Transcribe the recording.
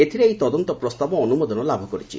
ଏଥିରେ ଏହି ତଦନ୍ତ ପ୍ରସ୍ତାବ ଅନୁମୋଦନ ଲାଭ କରିଛି